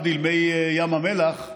יהיו התרחישים,